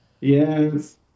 Yes